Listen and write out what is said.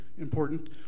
important